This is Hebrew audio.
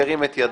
שירים את ידו.